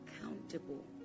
accountable